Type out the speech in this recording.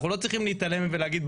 אנחנו לא צריכים להתעלם ולהגיד,